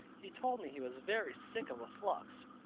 he told me he was very sick of a flux,